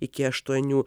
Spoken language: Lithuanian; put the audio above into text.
iki aštuonių